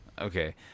Okay